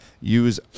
Use